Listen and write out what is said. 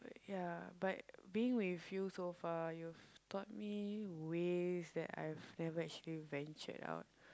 ya but being with you so far you've taught me ways that I've never actually ventured out